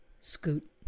scoot